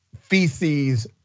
feces